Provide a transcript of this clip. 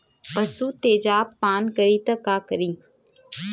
पशु तेजाब पान करी त का करी?